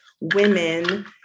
women